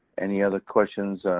any other questions,